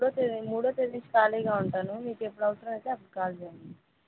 మూడో మూడో తేదీ ఖాళీగా ఉంటాను మీకు ఎప్పుడు అవసరం అయితే అప్పుడు కాల్ చేయండి